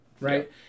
right